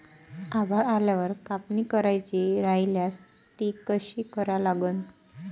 आभाळ आल्यावर कापनी करायची राह्यल्यास ती कशी करा लागन?